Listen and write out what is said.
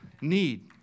need